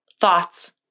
thoughts